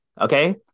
Okay